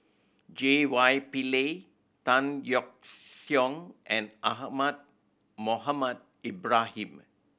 J Y Pillay Tan Yeok Seong and Ahmad Mohamed Ibrahim